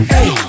Hey